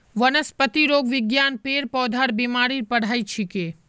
वनस्पतिरोग विज्ञान पेड़ पौधार बीमारीर पढ़ाई छिके